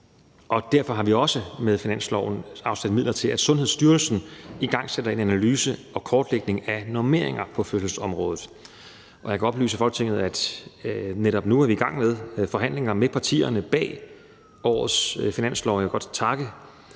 Derfor har vi også med finansloven afsat midler til, at Sundhedsstyrelsen igangsætter en analyse og kortlægning af normeringerne på fødselsområdet. Jeg kan oplyse Folketinget om, at vi netop nu er i gang med forhandlinger med partierne bag årets finanslov. Jeg vil godt takke